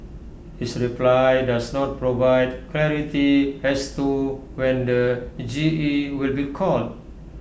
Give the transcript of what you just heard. his reply does not provide clarity as to when the G E will be called